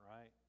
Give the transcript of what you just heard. right